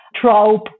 trope